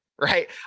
right